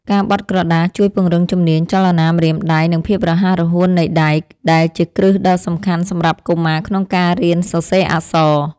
ការបត់ក្រដាសជួយពង្រឹងជំនាញចលនាម្រាមដៃ និងភាពរហ័សរហួននៃដៃ ដែលជាគ្រឹះដ៏សំខាន់សម្រាប់កុមារក្នុងការរៀនសរសេរអក្សរ។